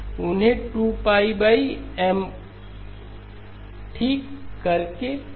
उन्हें 2k M ठीक करके शिफ्ट किया जाता है